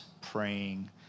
praying